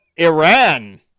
Iran